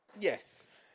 yes